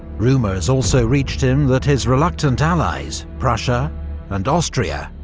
rumours also reached him that his reluctant allies, prussia and austria,